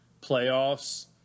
playoffs